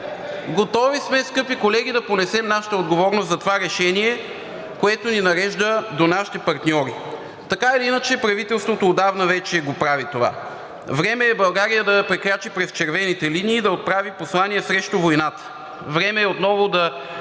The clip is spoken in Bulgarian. Готови сме, скъпи колеги, да понесем нашата отговорност за това решение, което ни нарежда до нашите партньори. Така или иначе правителството отдавна вече го прави това. Време е България да прекрачи през червените линии и да отправи послание срещу войната. Време е отново да